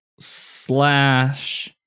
slash